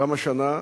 גם השנה,